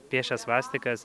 piešia svastikas